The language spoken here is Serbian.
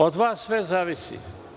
Od vas sve zavisi.